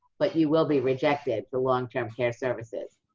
but you will be rejected for long-term care services.